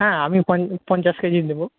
হ্যাঁ আমি পন পঞ্চাশ কেজি নেব